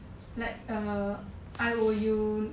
like err